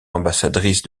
ambassadrice